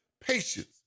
patience